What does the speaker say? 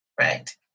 right